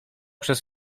przez